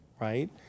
right